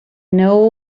know